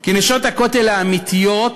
כי נשות הכותל האמיתיות